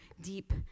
deep